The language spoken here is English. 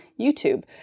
YouTube